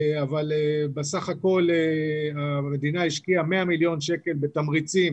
אבל בסך הכול המדינה השקיעה 100 מיליון שקל בתמריצים